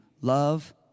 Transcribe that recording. love